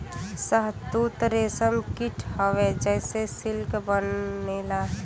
शहतूत रेशम कीट हउवे जेसे सिल्क बनेला